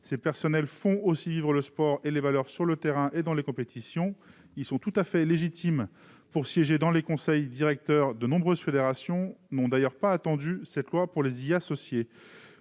Ces derniers font vivre le sport et les valeurs sur le terrain et dans les compétitions ; il est donc tout à fait légitime qu'ils siègent dans les conseils directeurs. De nombreuses fédérations n'ont d'ailleurs pas attendu cette loi pour les y associer.